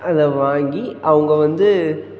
அதை வாங்கி அவங்க வந்து